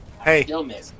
Hey